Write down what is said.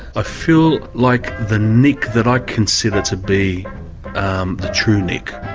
ah feel like the nick that i consider to be um the true nick.